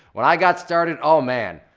when i got started, oh man,